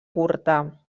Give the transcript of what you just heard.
curta